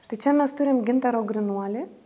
štai čia mes turim gintaro grynuolį